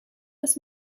das